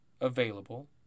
available